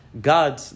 God